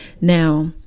now